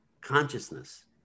consciousness